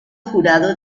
jurado